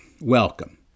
welcome